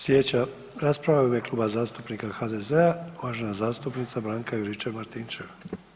Slijedeća rasprava je u ime Kluba zastupnika HDZ-a uvažena zastupnica Branka Juričev Martinčev.